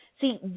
See